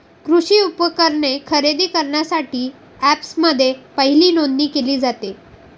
कृषी उपकरणे खरेदी करण्यासाठी अँपप्समध्ये पहिली नोंदणी केली जाते